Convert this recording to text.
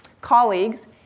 colleagues